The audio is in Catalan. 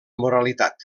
moralitat